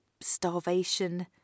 starvation